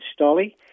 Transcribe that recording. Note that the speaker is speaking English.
Stolly